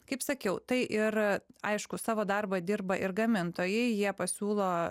kaip sakiau tai ir aišku savo darbą dirba ir gamintojai jie pasiūlo